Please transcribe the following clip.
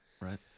right